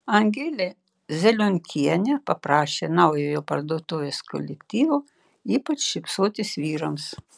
angelė zelionkienė paprašė naujojo parduotuvės kolektyvo ypač šypsotis vyrams